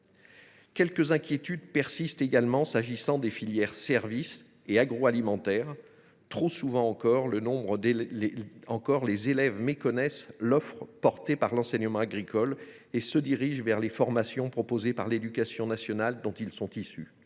Quelques inquiétudes persistent également au sujet des filières « services » et « agroalimentaire ». Trop souvent encore, les élèves méconnaissent l’offre de l’enseignement agricole et se dirigent vers les formations proposées par l’éducation nationale, dont ils sont issus.